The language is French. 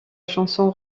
chanson